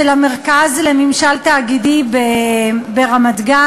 של המרכז לממשל תאגידי ברמת-גן,